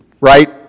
right